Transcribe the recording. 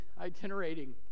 itinerating